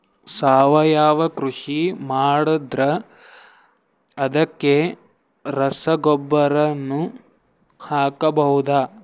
ಸಾವಯವ ಕೃಷಿ ಮಾಡದ್ರ ಅದಕ್ಕೆ ರಸಗೊಬ್ಬರನು ಹಾಕಬಹುದಾ?